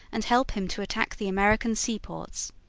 and help him to attack the american seaports.